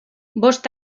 bost